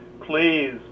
please